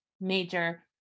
major